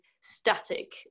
static